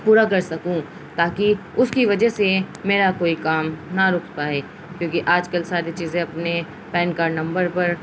پورا کر سکوں تاکہ اس کی وجہ سے میرا کوئی کام نہ رک پائے کیونکہ آج کل ساری چیزیں اپنے پین کارڈ نمبر پر